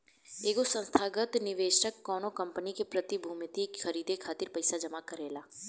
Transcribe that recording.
एगो संस्थागत निवेशक कौनो कंपनी के प्रतिभूतियन के खरीदे खातिर पईसा जमा करेला